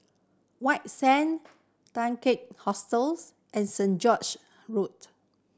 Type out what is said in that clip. White Sand Hostels and Saint George Road